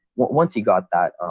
once you got that